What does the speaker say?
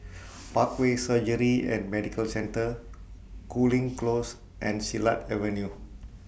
Parkway Surgery and Medical Centre Cooling Close and Silat Avenue